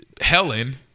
Helen